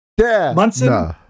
Munson